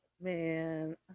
man